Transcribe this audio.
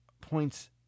points